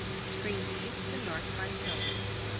screened east and north by hills,